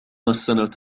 السنة